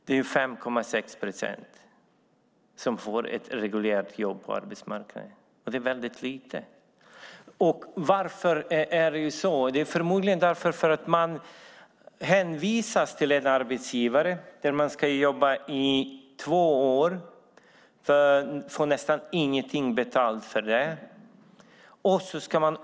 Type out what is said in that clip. Det är 5,6 procent som får ett reguljärt jobb på arbetsmarknaden. Det är väldigt lite. Varför är det så? Det är förmodligen för att man hänvisas till en arbetsgivare där man ska jobba i två år och få nästan inget betalt för det.